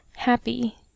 Happy